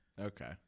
Okay